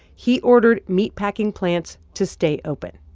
he ordered meatpacking plants to stay open,